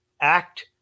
act